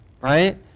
right